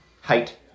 Height